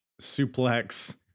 Suplex